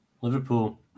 Liverpool